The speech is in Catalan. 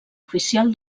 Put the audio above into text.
oficial